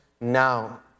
now